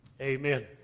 Amen